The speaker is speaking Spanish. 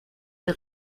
del